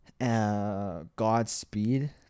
Godspeed